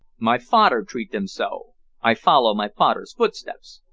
my fader treat them so i follow my fader's footsteps.